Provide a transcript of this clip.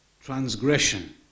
transgression